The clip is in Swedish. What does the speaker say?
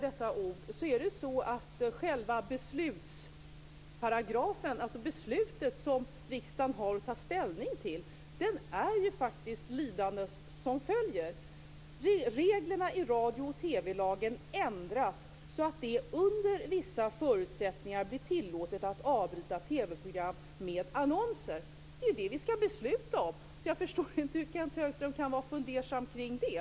Det förslag till beslut som riksdagen ska ta ställning till lyder enligt följande: Reglerna i radio och TV lagen ändras så att det under vissa förutsättningar blir tillåtet att avbryta TV-program med annonser. Det är det vi ska besluta om. Jag förstår inte hur Kenth Högström kan vara fundersam kring det.